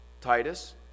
Titus